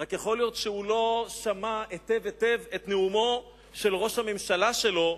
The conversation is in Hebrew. רק יכול להיות שהוא לא שמע היטב היטב את נאומו של ראש הממשלה שלו,